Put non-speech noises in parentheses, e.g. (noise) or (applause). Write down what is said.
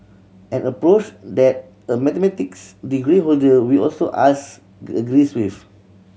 an approach that the mathematics degree holder we also asked (unintelligible) agrees with